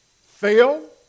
Fail